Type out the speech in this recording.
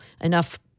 enough